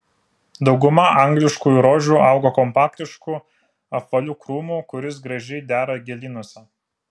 dauguma angliškųjų rožių auga kompaktišku apvaliu krūmu kuris gražiai dera gėlynuose